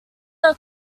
are